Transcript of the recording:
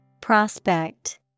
Prospect